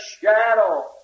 shadow